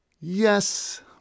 Yes